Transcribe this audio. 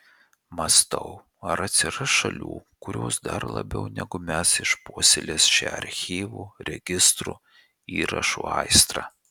mąstau ar atsiras šalių kurios dar labiau negu mes išpuoselės šią archyvų registrų įrašų aistrą